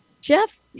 jeff